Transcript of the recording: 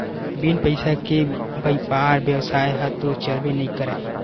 बिन पइसा के बइपार बेवसाय ह तो चलबे नइ करय